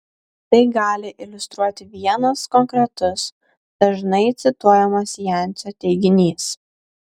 tai gali iliustruoti vienas konkretus dažnai cituojamas jancio teiginys